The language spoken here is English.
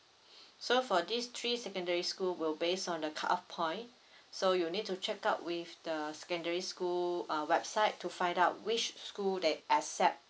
so for these three secondary school will base on the cutoff point so you need to check out with the secondary school uh website to find out which school they accept